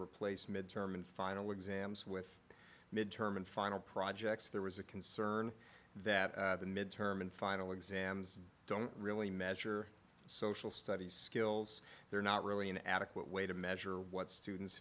replace midterm and final exams with midterm and final projects there was a concern that the midterm and final exams don't really measure social studies skills they're not really an adequate way to measure what students